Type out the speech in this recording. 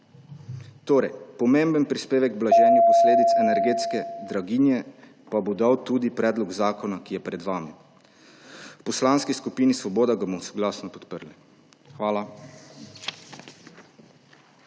mesece. Pomemben prispevek k blaženju posledic energetske draginje pa bo dal tudi predlog zakona, ki je pred vami. V Poslanski skupini Svoboda ga bomo soglasno podprli. Hvala.